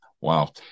Wow